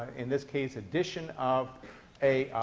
in this case, addition of a